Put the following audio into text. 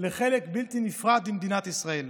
לחלק בלתי נפרד ממדינת ישראל.